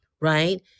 right